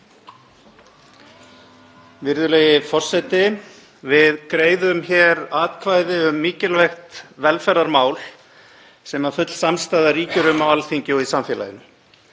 Virðulegi forseti. Við greiðum hér atkvæði um mikilvægt velferðarmál, sem full samstaða ríkir um á Alþingi og í samfélaginu.